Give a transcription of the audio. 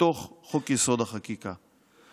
בתוך חוק-יסוד: החקיקה.